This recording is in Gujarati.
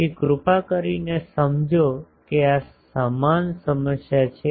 તેથી કૃપા કરીને સમજો કે આ સમાન સમસ્યા છે